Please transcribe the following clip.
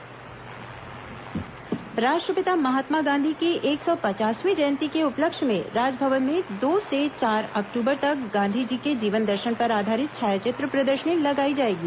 गांधी जयंती छायाचित्र प्रदर्शनी राष्ट्रपिता महात्मा गांधी की एक सौ पचासवीं जयंती के उपलक्ष्य में राजभवन में दो से चार अक्टूबर तक गांधी जी के जीवन दर्शन पर आधारित छायाचित्र प्रदर्शनी लगाई जाएगी